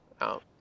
out